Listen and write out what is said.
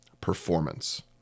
performance